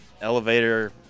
elevator